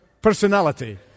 personality